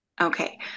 okay